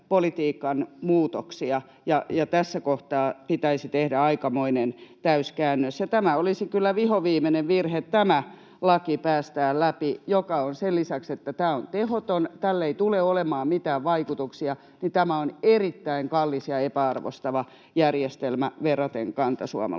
tässä kohtaa pitäisi tehdä aikamoinen täyskäännös. Ja olisi kyllä vihoviimeinen virhe päästää läpi tämä laki, jolla sen lisäksi, että tämä on tehoton, ei tule olemaan mitään vaikutuksia, niin että tämä on erittäin kallis ja epäarvostava järjestelmä verraten kantasuomalaisiin.